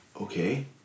Okay